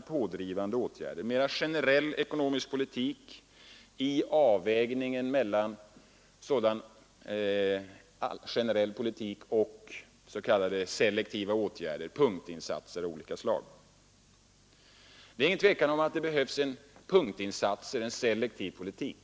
pådrivande åtgärder, en mera generell ekonomisk politik, i avvägningen mellan sådan generell politik och s.k. selektiva åtgärder, punktinsatser av olika slag. Det råder inget tvivel om att punktinsatser behövs, en selektiv politik.